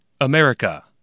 America